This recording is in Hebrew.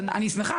אני שמחה,